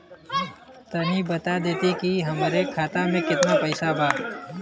तनि बता देती की हमरे खाता में कितना पैसा बा?